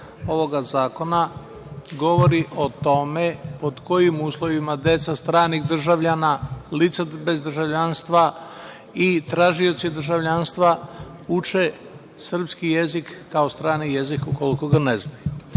ovog zakona govori o tome pod kojim uslovima deca stranih državljana, lica bez državljanstva i tražioci državljanstva uče srpski jezik kao strani jezik ukoliko ga ne znaju.